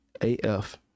AF